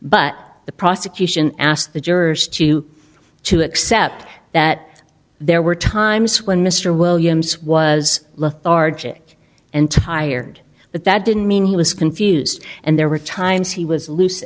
but the prosecution asked the jurors to to accept that there were times when mr williams was lethargic and tired but that didn't mean he was confused and there were times he was l